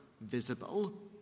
visible